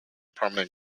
prominent